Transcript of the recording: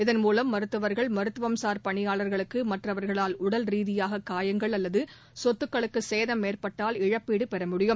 இதன் மூலம் மருத்துவர்கள் மருத்துவம்சார் பணியாளர்களுக்குமற்றவர்களால் உடல் ரீதியாககாயங்கள் அல்லதசொத்துகளுக்குசேதம் ஏற்படுத்தப்பட்டால் இழப்பீடுபெற முடியும்